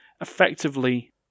effectively